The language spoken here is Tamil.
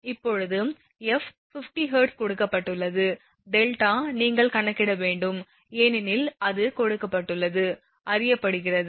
இப்போது f 50 ஹெர்ட்ஸ் கொடுக்கப்பட்டுள்ளது δ நீங்கள் கணக்கிட வேண்டும் ஏனெனில் அது கொடுக்கப்பட்டுள்ளது அறியப்படுகிறது